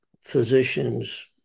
physicians